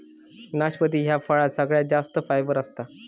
नाशपती ह्या फळात सगळ्यात जास्त फायबर असता